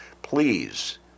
please